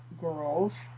girls